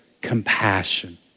compassion